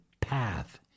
path